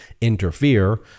interfere